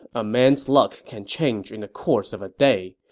a man's luck can change in the course of a day.